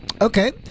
Okay